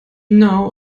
know